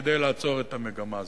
כדי לעצור את המגמה הזאת,